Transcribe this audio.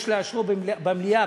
יש לאשרו במליאה,